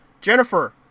Jennifer